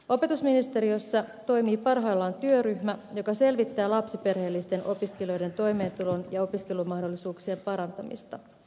opetusministeriössä toimii parhaillaan työryhmä joka selvittää lapsiperheellisten opiskelijoiden toimeentulon ja opiskelumahdollisuuksien parantamista